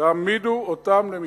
תעמידו אותם למשפט.